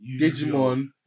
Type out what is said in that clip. Digimon